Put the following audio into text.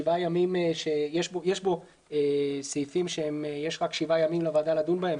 יש בו סעיפים שיש לוועדה רק 7 ימים לדון בהם